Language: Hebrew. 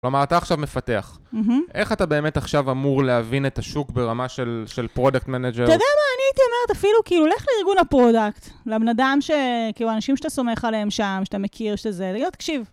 כלומר, אתה עכשיו מפתח. איך אתה באמת עכשיו אמור להבין את השוק ברמה של פרודקט מנג'ר? אתה יודע מה, אני הייתי אומרת, אפילו, כאילו, לך לארגון הפרודקט, לבנאדם ש... כאילו, האנשים שאתה סומך עליהם שם, שאתה מכיר שזה, להיות קשיב.